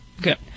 Good